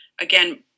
Again